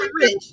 rich